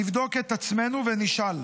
נבדוק את עצמנו ונשאל: